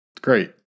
Great